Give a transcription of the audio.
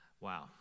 Wow